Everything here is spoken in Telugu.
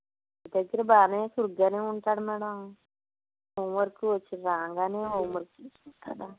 ఇక్కడైతే బానే చురుగ్గానే ఉంటాడు మేడం హోమ్ వర్క్ వచ్చి రాగానే హోమ్ వర్క్